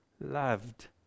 loved